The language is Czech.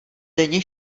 denně